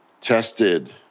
tested